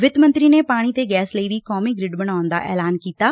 ਵਿੱਤ ਮੰਤਰੀ ਨੇ ਪਾਣੀ ਤੇ ਗੈਸ ਲਈ ਵੀ ਕੌਮੀ ਗਿ੍ਡ ਬਣਾਉਣ ਦਾ ਐਲਾਨ ਕੀਤੈ